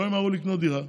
לא ימהרו לקנות דירה,